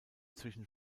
zwischen